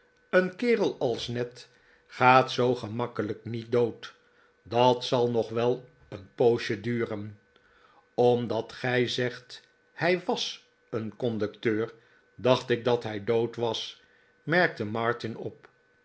een kerel als ned gaat zoo gemakkelijk niet dood dat zal nog wel een poosje duren omdat gij zegt hij was een conducteur dacht ik dat hij dood was merkte martin op